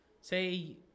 Say